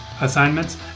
assignments